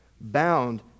bound